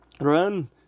Run